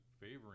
favoring